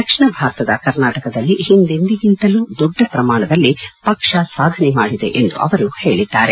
ದಕ್ಷಿಣ ಭಾರತದ ಕರ್ನಾಟಕದಲ್ಲಿ ಹಿಂದೆಂದಿಗಿಂತಲೂ ದೊಡ್ಡ ಪ್ರಮಾಣದಲ್ಲಿ ಪಕ್ಷ ಸಾಧನೆ ಮಾಡಿದೆ ಎಂದು ಅವರು ಹೇಳಿದ್ದಾರೆ